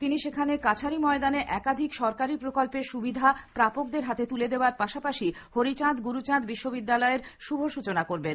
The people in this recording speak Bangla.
তিনি সেখানে কাছারি ময়দানে একাধিক সরকারী প্রকল্পের সুবিধা প্রাপকদের হাতে তুলে দেবার পাশাপাশি হরিচাঁদ গুরুচাঁদ বিশ্ববিদ্যালয়ের শুভ সূচনা করবেন